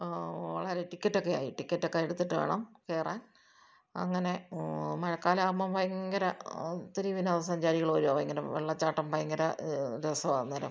വളരെ ടിക്കറ്റൊക്കെ ആയി ടിക്കറ്റൊക്കെ എടുത്തിട്ടു വേണം കയറാൻ അങ്ങനെ മഴക്കാലമാകുമ്പം ഭയങ്കര ഒത്തിരി വിനോദ സഞ്ചാരികൾ വരിക ഇങ്ങനെ വെള്ളച്ചാട്ടം ഭയങ്കര രസമാണ് അന്നേരം